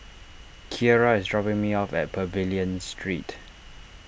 Keara is dropping me off at Pavilion Street